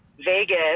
Vegas